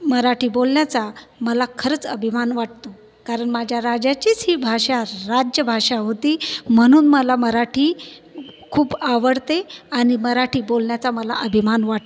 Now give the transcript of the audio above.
मराठी बोलण्याचा मला खरंच अभिमान वाटतो कारण माझ्या राजाचीच ही भाषा रा राज्यभाषा होती म्हणून मला मराठी खूप आवडते आणि मराठी बोलण्याचा मला अभिमान वाटतो